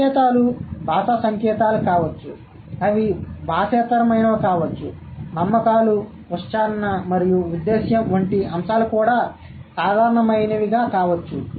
సంకేతాలు భాషా సంకేతాలు కావచ్చు అవి భాషేతరమైనవి కావచ్చు నమ్మకాలు ఉచ్చారణ మరియు ఉద్దేశ్యం వంటి అంశాలు కూడా సాధారణమైనవి కావచ్చు